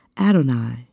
Adonai